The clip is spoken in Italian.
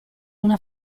una